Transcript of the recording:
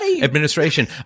administration